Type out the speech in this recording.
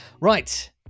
Right